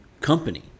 company